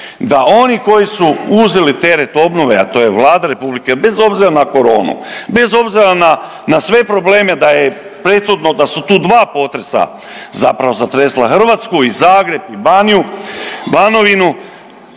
da oni koji su uzeli teret obnove, a to je Vlada republike, bez obzira na koronu, bez obzira na sve probleme, da je prethodno, da su tu dva potresa zapravo zatresla Hrvatsku i Zagreb i Baniju,